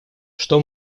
что